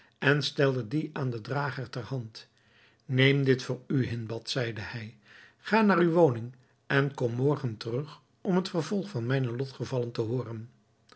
en stelde die aan den drager ter hand neem dit voor u hindbad zeide hij ga naar uwe woning en kom morgen terug om het vervolg van mijne lotgevallen te hooren